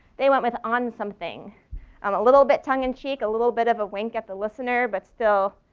they went with on something um a little bit tongue in cheek a little bit of a wink at the listener but still,